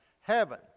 heaven